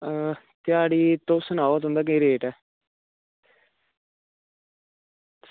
ध्याड़ी तुस सनाओ तुंदा केह् रेट ऐ